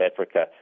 Africa